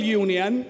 union